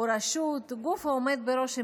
רשות או גוף העומדים בראש המדינה,